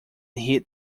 hit